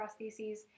prostheses